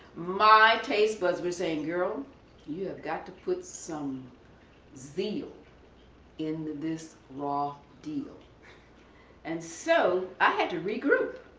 my taste buds were saying girl you have got to put some zeal in this raw deal and so i had to regroup.